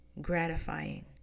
Gratifying